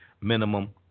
minimum